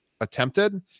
attempted